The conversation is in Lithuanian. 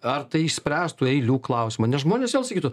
ar tai išspręstų eilių klausimą nes žmonės vėl sakytų